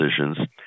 decisions